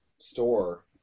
store